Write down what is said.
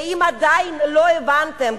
ואם עדיין לא הבנתם,